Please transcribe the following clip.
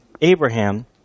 Abraham